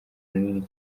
runini